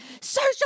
social